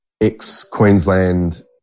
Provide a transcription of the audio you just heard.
ex-Queensland